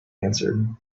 answered